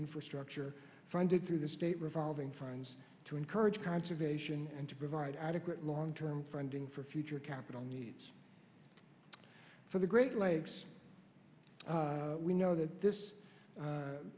infrastructure funded through the state revolving fines to encourage conservation and to provide adequate long term funding for future capital needs for the great lakes we know that this